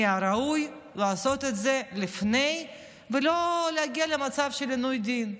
מן הראוי לעשות את זה לפני ולא להגיע למצב של עינוי דין.